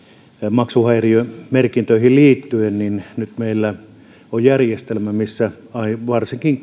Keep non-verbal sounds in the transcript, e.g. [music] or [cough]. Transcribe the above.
maksuhäiriömerkintöihin liittyen nyt meillä on järjestelmä missä varsinkin [unintelligible]